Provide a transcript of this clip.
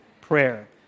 prayer